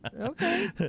Okay